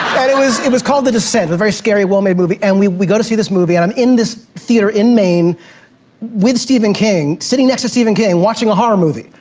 and it was it was called the descent, a very scary, well-made movie. and we we go to see this movie, and i'm in this theater in maine with stephen king, sitting next to stephen king, watching a horror movie,